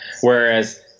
Whereas